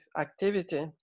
activity